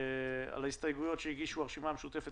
ההסתייגויות שהגישו הרשימה המשותפת,